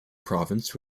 province